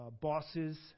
bosses